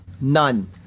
None